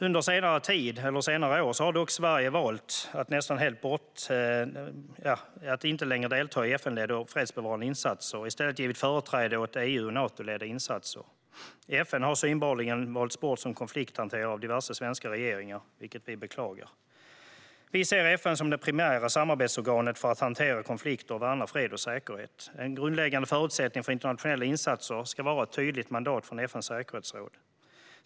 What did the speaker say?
Under senare år har Sverige dock nästan helt valt bort att delta i FN-ledda fredsbevarande insatser och i stället givit företräde åt EU eller Natoledda insatser. FN har synbarligen valts bort som konflikthanterare av diverse svenska regeringar, vilket vi beklagar. Vi ser FN som det primära samarbetsorganet för att hantera konflikter och värna fred och säkerhet. En grundläggande förutsättning för internationella insatser ska vara ett tydligt mandat från FN:s säkerhetsråd.